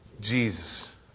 Jesus